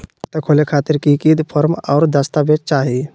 खाता खोले खातिर की की फॉर्म और दस्तावेज चाही?